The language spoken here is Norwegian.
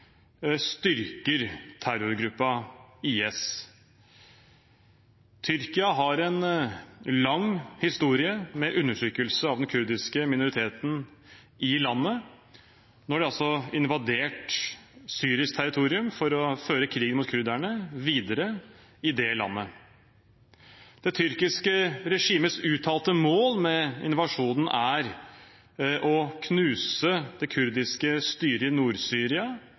styrker terrorgruppen IS. Tyrkia har en lang historie med undertrykkelse av den kurdiske minoriteten i landet. Nå har de altså invadert syrisk territorium for å føre krigen mot kurderne videre i det landet. Det tyrkiske regimets uttalte mål med invasjonen er å knuse det kurdiske styret i